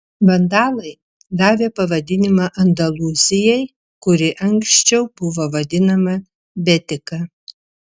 vandalai davė pavadinimą andalūzijai kuri anksčiau buvo vadinama betika